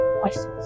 questions